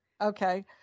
Okay